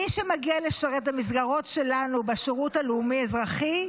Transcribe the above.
מי שמגיע לשרת במסגרות שלנו בשירות הלאומי-אזרחי,